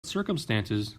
circumstances